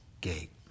gate